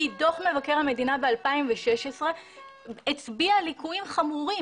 כי דוח מבקר המדינה ב-2016 הצביע על ליקויים חמורים